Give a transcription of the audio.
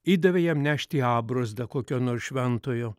įdavė jam nešti abrozdą kokio nors šventojo